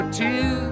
two